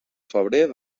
febrer